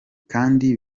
kandi